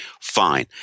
fine